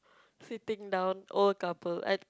sitting down old couple I